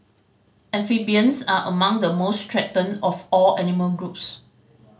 amphibians are among the most threatened of all animal groups